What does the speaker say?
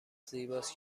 زیباست